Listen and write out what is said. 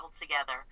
together